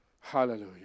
Hallelujah